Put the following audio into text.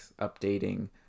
updating